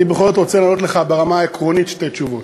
אני בכל זאת רוצה לענות לך ברמה העקרונית שתי תשובות.